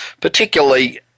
particularly